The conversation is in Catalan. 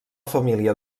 família